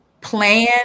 Plan